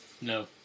No